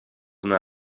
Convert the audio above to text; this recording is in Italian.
una